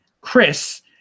Chris